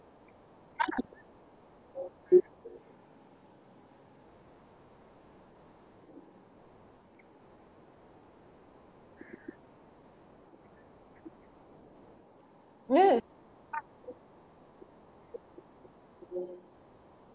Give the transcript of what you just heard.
yes